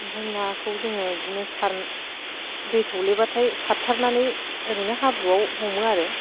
ओमफ्राय नाखौ जोङो बिदिनो सारो दै थौलेबाथाय सारथारनानै ओरैनो हाब्रुआव हमो आरो